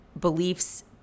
beliefs